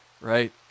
right